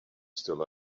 still